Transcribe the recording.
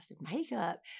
makeup